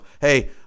Hey